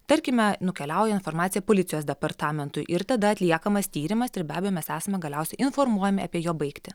tarkime nukeliauja informacija policijos departamentui ir tada atliekamas tyrimas ir be abejo mes esame galiausiai informuojami apie jo baigtį